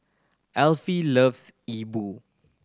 Elfie loves E Bu